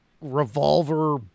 revolver